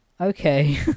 okay